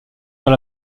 dans